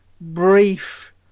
brief